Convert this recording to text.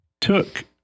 took